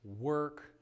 work